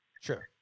Sure